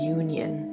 union